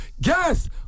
Guess